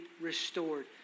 restored